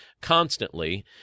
constantly